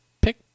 pick